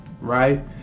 right